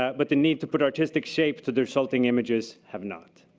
but the need to put artistic shape to the resulting images have not.